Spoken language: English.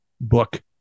book